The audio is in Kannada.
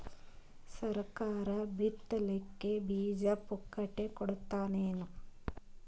ಸರಕಾರ ಬಿತ್ ಲಿಕ್ಕೆ ಬೀಜ ಪುಕ್ಕಟೆ ಕೊಡತದೇನು?